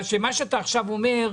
מה שאתה עכשיו אומר,